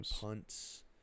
punts